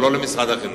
אבל לא למשרד החינוך.